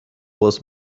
was